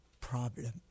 problem